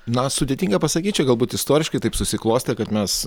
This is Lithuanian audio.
na sudėtinga pasakyti čia galbūt istoriškai taip susiklostė kad mes